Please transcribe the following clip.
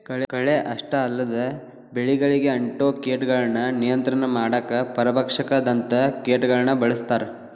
ಕಳೆ ಅಷ್ಟ ಅಲ್ಲದ ಬೆಳಿಗಳಿಗೆ ಅಂಟೊ ಕೇಟಗಳನ್ನ ನಿಯಂತ್ರಣ ಮಾಡಾಕ ಪರಭಕ್ಷಕದಂತ ಕೇಟಗಳನ್ನ ಬಳಸ್ತಾರ